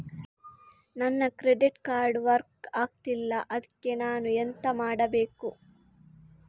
ನನ್ನ credit card work ಆಗ್ತಿಲ್ಲ ಅದ್ಕೆ ನಾನು ಎಂತ ಮಾಡಬೇಕು?